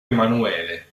emanuele